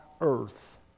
earth